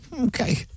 Okay